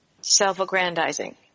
self-aggrandizing